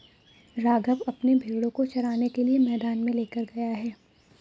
राघव अपने भेड़ों को चराने के लिए मैदान में लेकर गया है